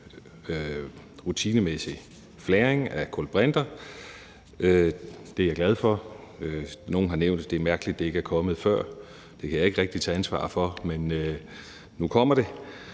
rutinemæssig flaring af kulbrinter. Det er jeg glad for. Nogle har nævnt, at det er mærkeligt, at det ikke er kommet før. Det kan jeg ikke rigtig tage ansvar for, men nu kommer det.